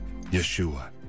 Yeshua